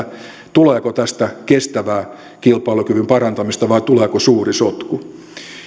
tuleeko tästä kestävää kilpailukyvyn parantamista vai tuleeko suuri sotku